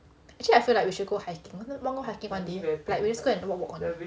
actually I feel like we should go hiking want go hiking one day like we just go and walk walk only